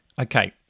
Okay